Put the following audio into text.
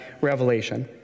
revelation